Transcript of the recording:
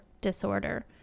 disorder